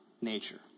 nature